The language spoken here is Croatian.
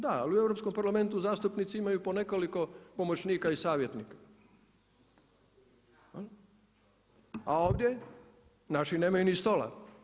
Da, ali u Europskom parlamentu zastupnici imaju po nekoliko pomoćnika i savjetnika a ovdje naši nemaju ni stola.